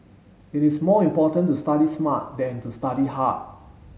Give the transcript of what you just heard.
it is more important to study smart than to study hard